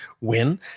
win